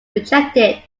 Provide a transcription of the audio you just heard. rejected